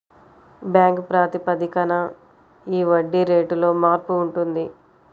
bank ప్రాతిపదికన ఈ వడ్డీ రేటులో మార్పు ఉంటుంది